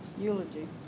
Eulogy